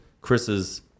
Chris's